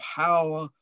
power